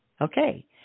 Okay